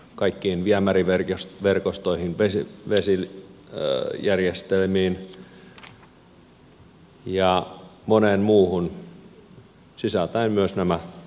se vaikuttaa tietysti kaikkiin viemäriverkostoihin vesijärjestelmiin ja moneen muuhun sisältäen myös sosiaali ja terveyspuolen